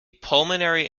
pulmonary